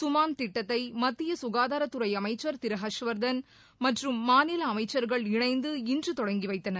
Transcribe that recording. சுமான் திட்டத்தை மத்திய சுகாதாரத்துறை அமைச்சர் திரு ஹர்ஷ்வர்தன் மற்றும் மாநில அமைச்சர்கள் இணைந்து இன்று தொடங்கிவைத்தனர்